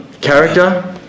character